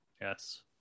Yes